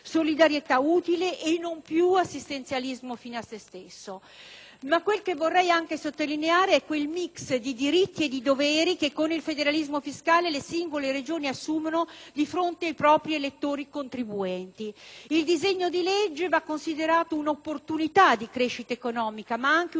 e non più assistenzialismo fine a se stesso. Ma quel che vorrei sottolineare è anche quel "mix" di diritti e doveri che - con il federalismo fiscale - le singole Regioni assumono di fronte ai propri elettori- contribuenti. Il disegno di legge va considerato un'opportunità di crescita economica ma anche un'occasione di recupero